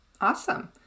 Awesome